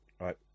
Right